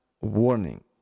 warning